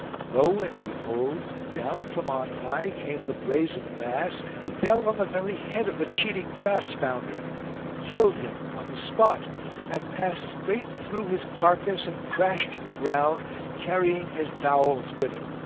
lo and behold! down from on high came the brazen mass fell on the very head of the cheating brass-founder killed him on the spot and passed straight through his carcass and crashed to the ground carrying his bowels with it.